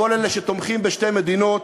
כל אלה שתומכים בשתי מדינות,